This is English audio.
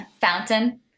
fountain